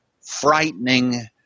frightening